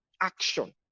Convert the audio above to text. Action